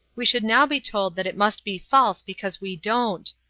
we should now be told that it must be false because we don't.